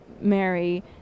Mary